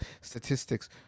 statistics